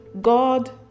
God